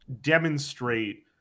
demonstrate